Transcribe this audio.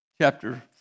Chapter